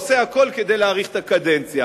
עושה הכול כדי להאריך את הקדנציה.